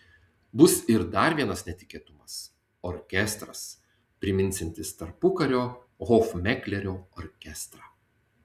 bus ir dar vienas netikėtumas orkestras priminsiantis tarpukario hofmeklerio orkestrą